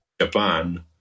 Japan